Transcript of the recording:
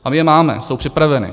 A my je máme, jsou připraveny.